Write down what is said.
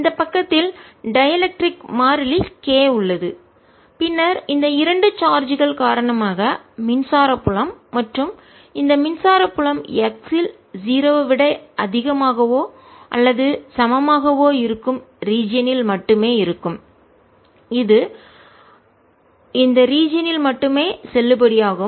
இந்த பக்கத்தில் டைஎலெக்ர்டிக் மின்கடத்தா மாறிலி k உள்ளது பின்னர் இந்த இரண்டு சார்ஜ்கள் காரணமாக மின்சார புலம் மற்றும் இந்த மின்சார புலம் x இல் 0 ஐ விட அதிகமாகவோ அல்லது சமமாகவோ இருக்கும் ரீஜியன் இல் மட்டுமே இருக்கும் இது இந்த ரீஜியன் இல் மட்டுமே செல்லுபடியாகும்